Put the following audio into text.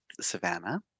Savannah